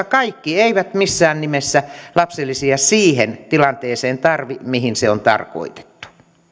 kaikki eivät missään nimessä lapsilisiä siihen tilanteeseen tarvitse mihin ne on tarkoitettu